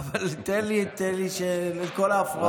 תן לי על כל ההפרעות.